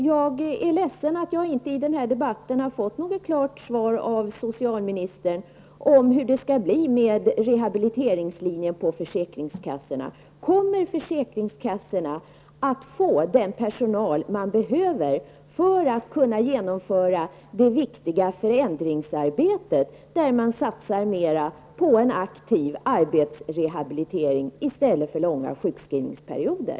Jag är ledsen att jag inte i den här debatten har fått något klart svar av socialministern om hur det skall bli med rehabiliteringslinjen på försäkringskassorna. Kommer försäkringskassorna att få den personal man behöver för att kunna genomföra det viktiga förändringsarbete där man satsar mer på en aktiv arbetsrehabilitering i stället för långa sjukskrivningsperioder?